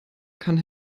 kann